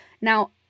Now